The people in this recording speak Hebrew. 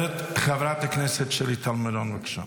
חברת הכנסת שלי טל מירון, בבקשה.